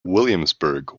williamsburg